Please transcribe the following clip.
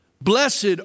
Blessed